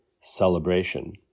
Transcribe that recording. celebration